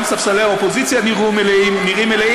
גם ספסלי האופוזיציה נראים מלאים.